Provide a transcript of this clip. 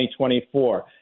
2024